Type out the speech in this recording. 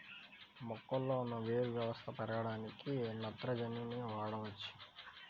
మొక్కలో ఉన్న వేరు వ్యవస్థ పెరగడానికి నత్రజని వాడవచ్చా?